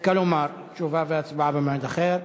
כלומר תשובה והצבעה במועד אחר.